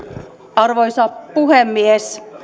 arvoisa puhemies